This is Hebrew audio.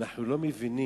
אנחנו לא מבינים,